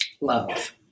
love